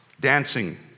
Dancing